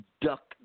duck